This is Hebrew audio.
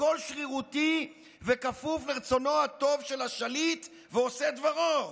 הכול שרירותי וכפוף לרצונו הטוב של השליט ועושי דברו.